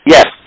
Yes